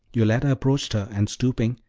yoletta approached her, and, stooping,